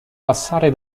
passare